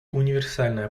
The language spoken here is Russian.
универсальное